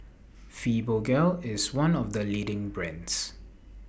Fibogel IS one of The leading brands